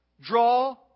Draw